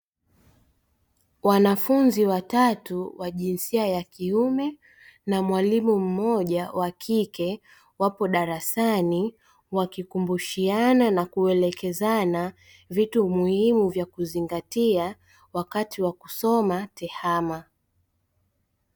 Wanafunzi wa tatu wa jinsia ya kiume na mwalimu mmoja wa kike wapo darasani wakikumbushiana na kuelekezana vitu muhimu vya kuzingatia wakati wa kusoma tehama.